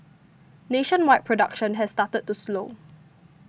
nationwide production has started to slow